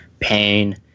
pain